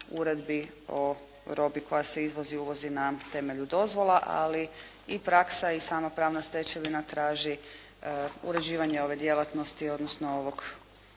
Uredbi o robi koja se izvozi i uvozi na temelju dozvola, ali i praksa i sama pravna stečevina traži uređivanje ove djelatnosti, odnosno ovih